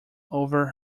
over